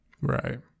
Right